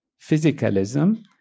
physicalism